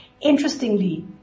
Interestingly